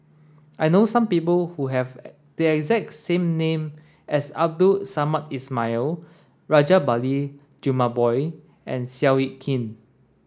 I know people who have the exact same name as Abdul Samad Ismail Rajabali Jumabhoy and Seow Yit Kin